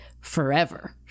forever